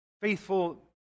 faithful